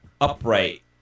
upright